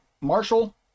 Marshall